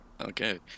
Okay